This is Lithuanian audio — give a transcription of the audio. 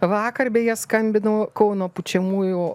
vakar beje skambinau kauno pučiamųjų